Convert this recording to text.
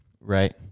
right